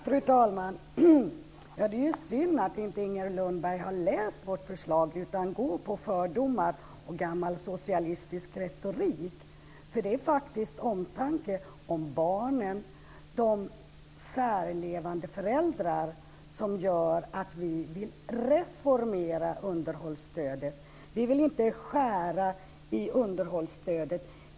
Fru talman! Det synd att Inger Lundberg inte har läst vårt förslag utan går på fördomar och gammal socialistisk retorik. Det är omtanke om barnen och särlevande föräldrar som gör att vi vill reformera underhållsstödet. Vi vill inte skära i underhållsstödet.